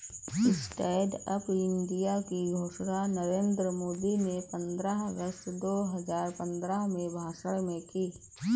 stand up India की घोषणा नरेंद्र मोदी ने पंद्रह अगस्त दो हजार पंद्रह में भाषण में की थी